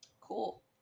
Cool